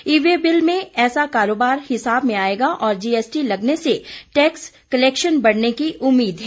ई way bill में ऐसा कारोबार हिसाब में आयेगा और जीएसटी लगने से टैक्स कलेक्शन बढ़ने की उम्मीद है